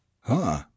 Huh